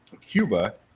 Cuba